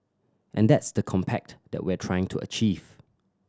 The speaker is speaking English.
and that's the compact that we're trying to achieve